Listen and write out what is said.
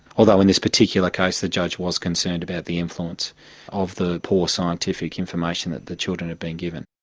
although in this particular case the judge was concerned about the influence of the poor scientific information that the children had been given.